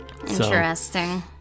Interesting